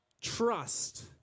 trust